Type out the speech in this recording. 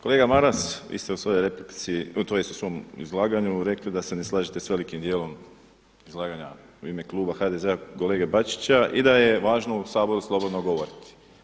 Kolega Maras, vi ste u svojoj replici tj. u svom izlaganju rekli da se ne slažete s velikim dijelom izlaganja u ime Kluba HDZ-a kolege Bačića i da je važno u saboru slobodno govoriti.